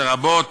לרבות